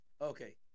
Okay